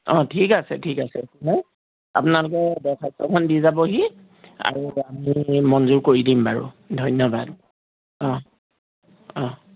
অ ঠিক আছে ঠিক আছে হা আপোনালোকে দৰ্খাস্তখন দি যাবহি আৰু আমি মঞ্জুৰ কৰি দিম বাৰু ধন্যবাদ অ অ